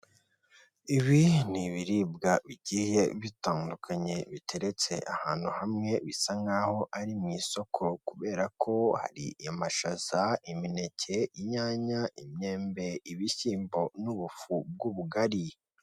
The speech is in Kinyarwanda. Ibi ni ibiribwa bigiye bitandukanye biteretse ahantu hamwe bisa nk'aho ari mu isoko kubera ko hari amashaza, imineke, inyanya, imyembe, ibishyimbo n'ibufu bw'ubugari.